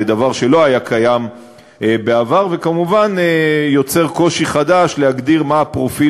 דבר שלא היה קיים בעבר וכמובן יוצר קושי חדש להגדיר מה הפרופיל